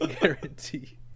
Guarantee